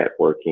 networking